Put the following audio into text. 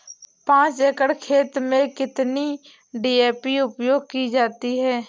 पाँच एकड़ खेत में कितनी डी.ए.पी उपयोग की जाती है?